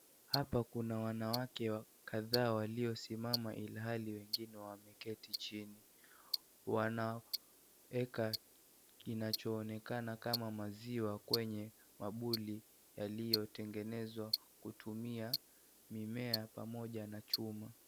Hapa kuna wanawake kadhaa waliosimama ilhali wengine wameketi chini, wanaweka kinachoonekana kama maziwa kwenye mabuli yaliyotengenezwa kutumia mimea pamoja na chuma.